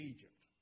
Egypt